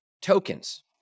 tokens